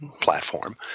platform